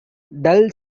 dull